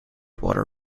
water